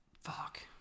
Fuck